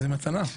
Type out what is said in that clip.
זה מתנה.